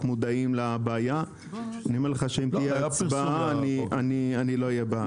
מודעים לבעיה אני אומר לך שאם תהיה הצבעה אני לא אהיה בעד.